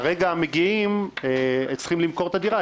כרגע מגיעים וצריכים למכור את הדירה.